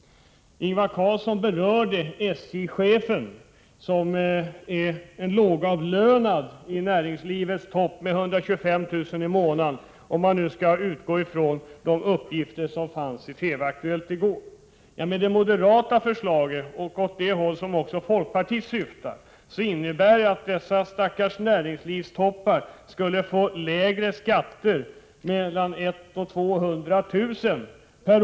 Ingvar Carlsson tog upp lönen för SJ-chefen, som med sina 125 000 kr. i månaden är lågavlönad jämfört med topparna i näringslivet, om man nu kan utgå från att uppgiften i TV:s Aktuellt i går var riktig. Det moderata förslaget — och folkpartiets förslag pekar åt samma håll — innebär att dessa stackars näringslivstoppar skulle få mellan 100 000 och 200 000 kr.